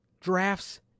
drafts